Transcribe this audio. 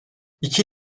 i̇ki